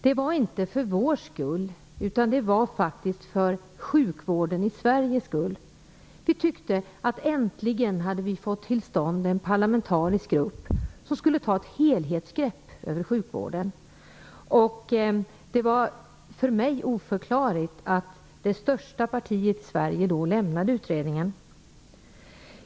Det var inte för vår skull, utan det var för sjukvården i Sverige. Vi tyckte att vi äntligen hade fått till stånd en parlamentarisk grupp som skulle ta ett helhetsgrepp över sjukvården. Det var för mig oförklarligt att det största partiet i Sverige då lämnade utredningen.